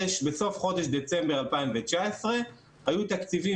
בסוף חודש דצמבר 2019 היו תקציבים